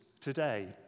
today